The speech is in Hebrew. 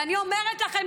ואני אומרת לכם,